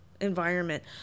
environment